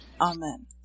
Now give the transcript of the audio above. Amen